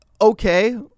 Okay